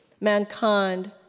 mankind